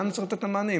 כאן צריך לתת את המענה.